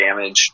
damage